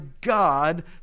God